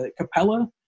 Capella